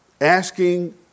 asking